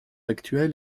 actuelle